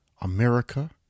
America